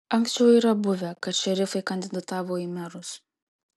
anksčiau yra buvę kad šerifai kandidatavo į merus